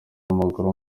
w’amaguru